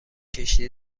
کشتی